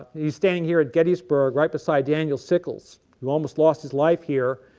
he is standing here at gettysburg right beside daniel sickles who almost lost his life here,